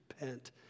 repent